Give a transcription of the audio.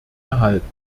erhalten